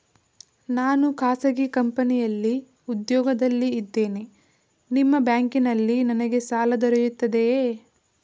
ನಾನು ಖಾಸಗಿ ಕಂಪನಿಯಲ್ಲಿ ಉದ್ಯೋಗದಲ್ಲಿ ಇದ್ದೇನೆ ನಿಮ್ಮ ಬ್ಯಾಂಕಿನಲ್ಲಿ ನನಗೆ ಸಾಲ ದೊರೆಯುತ್ತದೆಯೇ?